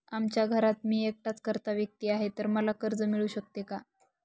आमच्या घरात मी एकटाच कर्ता व्यक्ती आहे, तर मला कर्ज मिळू शकते का?